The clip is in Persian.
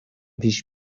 پیش